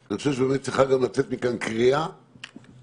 אני חושב שבאמת צריכה לצאת מכאן קריאה לממשלה